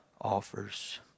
offers